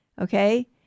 okay